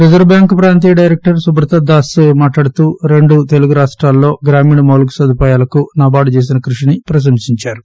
reserve bank ప్రాంతీయ director Subrata Das మాట్లాడుతూ రెండు తెలుగు రాష్టాల్లో గ్రామీణ మౌలిక సదుపాయాలకు నాబార్గు చేసిన కృషిని ప్రశంసించారు